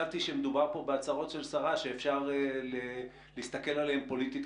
חשבתי משדובר כאן בהצהרות של שרה שאפשר להסתכל עליהן פוליטית